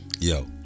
Yo